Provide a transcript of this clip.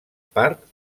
part